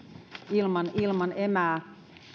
ilman ilman emää